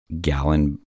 gallon